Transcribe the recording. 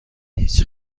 هیچ